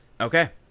Okay